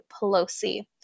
Pelosi